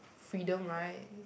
freedom right